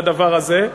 בדבר הזה.